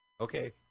Okay